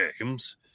games